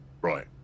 Right